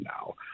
now